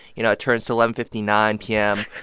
you know, it turns to eleven fifty nine p m.